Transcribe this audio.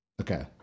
Okay